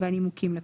והנימוקים לכך.